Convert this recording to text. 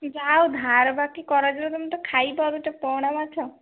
ଯାହା ହଉ ଧାର ବାକି କରଜରେ ତୁମେ ତ ଖାଇ ପାରୁଛ ପୋହଳା ମାଛ